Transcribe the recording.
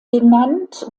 benannt